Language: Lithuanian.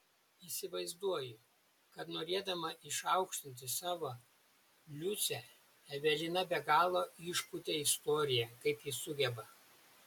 įsivaizduoju kad norėdama išaukštinti savo liusę evelina be galo išpūtė istoriją kaip ji sugeba